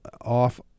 off